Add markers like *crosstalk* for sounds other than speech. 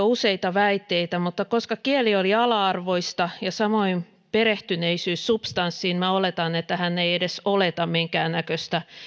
*unintelligible* useita väitteitä mutta koska kieli oli ala arvoista ja samoin perehtyneisyys substanssiin minä oletan että hän ei edes oleta minkäännäköistä